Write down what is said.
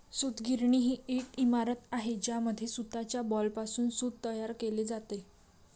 सूतगिरणी ही एक इमारत आहे ज्यामध्ये सूताच्या बॉलपासून सूत तयार केले जाते